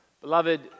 Beloved